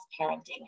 parenting